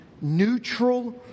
neutral